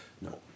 No